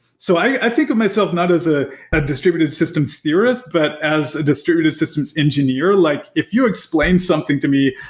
so, i think of myself not as ah a distributed systems theorist, but as a distributed systems engineer. like if you explain something to me,